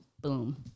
boom